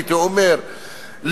הייתי אומר,